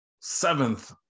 seventh